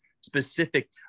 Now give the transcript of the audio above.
specific